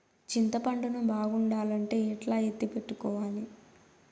చింతపండు ను బాగుండాలంటే ఎట్లా ఎత్తిపెట్టుకోవాలి?